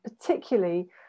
particularly